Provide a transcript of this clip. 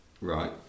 Right